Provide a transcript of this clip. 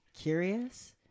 curious